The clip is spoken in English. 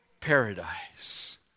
paradise